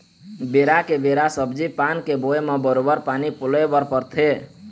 बेरा के बेरा सब्जी पान के बोए म बरोबर पानी पलोय बर परथे